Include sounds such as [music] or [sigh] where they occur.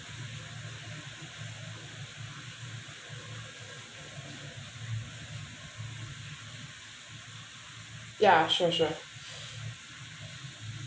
ya sure sure [breath]